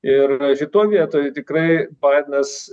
ir šitoj vietoj tikrai baidenas